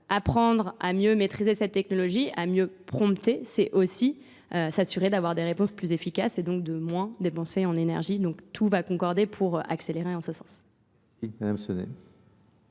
Apprendre à mieux maîtriser cette technologie, à mieux prompter, c'est aussi s'assurer d'avoir des réponses plus efficaces et donc de moins dépenser en énergie. Donc tout va concorder pour accélérer en ce sens.